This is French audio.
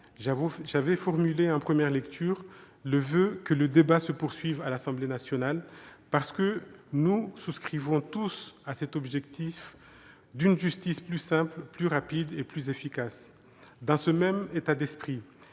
j'avais formulé, en première lecture, le voeu que le débat se poursuive à l'Assemblée nationale, parce que nous souscrivons tous à cet objectif d'une justice plus simple, plus rapide et plus efficace. Dans ce même esprit,